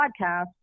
podcast